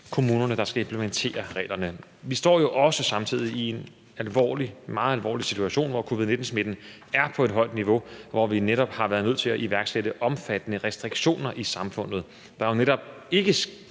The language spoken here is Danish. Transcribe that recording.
kommunerne, der skal implementere reglerne. Vi står jo samtidig i en alvorlig, meget alvorlig, situation, hvor covid-19-smitten er på et højt niveau, og hvor vi netop har været nødt til at iværksætte omfattende restriktioner i samfundet, der netop ikke